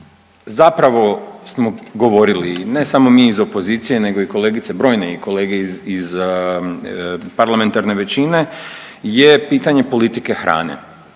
zapravo smo govorili i ne samo mi iz opozicije nego i kolegice, brojni kolege iz parlamentarne većine je pitanje politike hrane